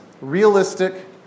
Realistic